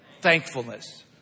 thankfulness